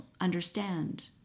understand